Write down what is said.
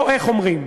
לא איך אומרים.